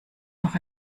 noch